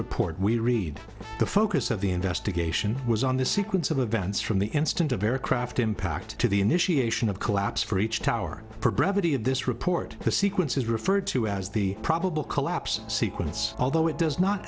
report we read the focus of the investigation was on the sequence of events from the instant of aircraft impact to the initiation of collapse for each tower for brevity of this report the sequence is referred to as the probable collapse sequence although it does not